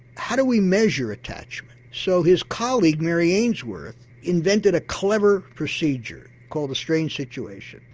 how do we measure attachment? so his colleague mary ainsworth invented a clever procedure called the strange situation.